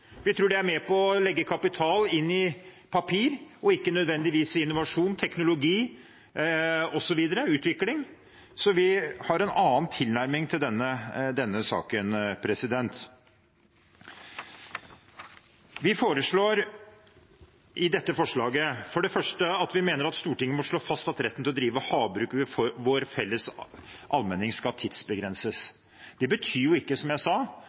Vi tror det er med på å legge kapital inn i papir og ikke nødvendigvis i innovasjon, teknologi, utvikling osv. Så vi har en annen tilnærming til denne saken. Vi fremmer dette forslaget for det første fordi vi mener at Stortinget må slå fast at retten til å drive havbruk i vår felles allmenning skal tidsbegrenses. Det betyr jo ikke, som jeg sa,